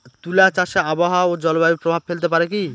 তুলা চাষে আবহাওয়া ও জলবায়ু প্রভাব ফেলতে পারে কি?